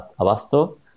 Abasto